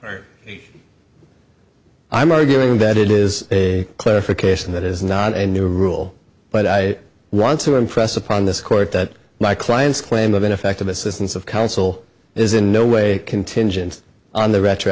now i'm arguing that it is a clarification that is not a new rule but i want to impress upon this court that my client's claim of ineffective assistance of counsel is in no way contingent on the retro